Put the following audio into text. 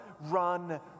run